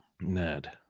Ned